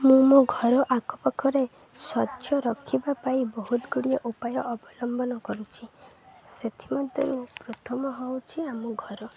ମୁଁ ମୋ ଘର ଆଖପାଖରେ ସ୍ୱଚ୍ଛ ରଖିବା ପାଇଁ ବହୁତଗୁଡ଼ିଏ ଉପାୟ ଅବଲମ୍ବନ କରୁଛିି ସେଥିମଧ୍ୟରୁ ପ୍ରଥମ ହେଉଛିି ଆମ ଘର